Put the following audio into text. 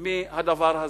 מהדבר הזה,